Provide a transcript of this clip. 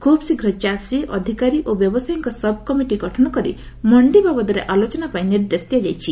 ଖୁବ୍ ଶୀଘ୍ର ଚାଷୀ ଅଧିକାରୀ ଓ ବ୍ୟବସାୟୀଙ୍କ ସବ୍କମିଟି ଗଠନ କରି ମଣ୍ଡି ବାବଦରେ ଆଲୋଚନା ପାଇଁ ନିର୍ଦ୍ଦେଶ ଦିଆଯାଇଛି